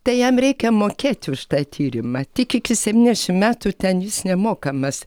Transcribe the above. tai jam reikia mokėti už tą tyrimą tik iki septyniasdešimt metų ten jis nemokamas